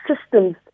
systems